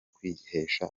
kwihesha